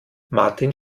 martin